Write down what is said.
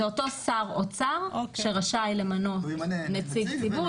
זה אותו שר אוצר שרשאי למנות נציג ציבור,